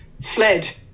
fled